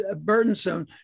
burdensome